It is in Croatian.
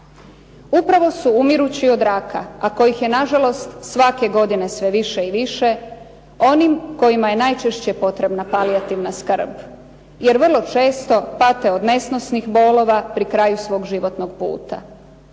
Upravo su umirući od raka a kojih je na žalost svake godine sve više i više, onim kojima je najčešće potrebna palijativna skrb jer vrlo često pate od nesnosnih bolova pri kraju svog životnog puta.